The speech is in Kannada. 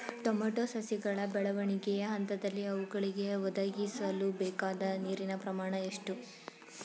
ಟೊಮೊಟೊ ಸಸಿಗಳ ಬೆಳವಣಿಗೆಯ ಹಂತದಲ್ಲಿ ಅವುಗಳಿಗೆ ಒದಗಿಸಲುಬೇಕಾದ ನೀರಿನ ಪ್ರಮಾಣ ಎಷ್ಟು?